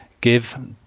give